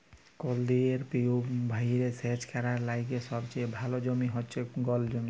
কেলদিরিয় পিভট ভাঁয়রে সেচ ক্যরার লাইগে সবলে ভাল জমি হছে গল জমি